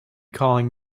calling